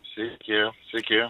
sveiki sveiki